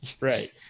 right